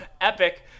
Epic